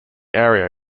area